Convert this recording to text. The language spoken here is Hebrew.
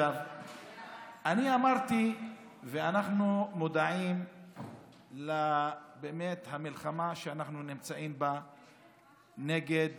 אנחנו מודעים למלחמה שאנחנו נמצאים בה נגד